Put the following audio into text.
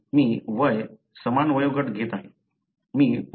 म्हणून मी वय समान वयोगट घेत आहे